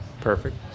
Perfect